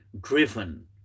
driven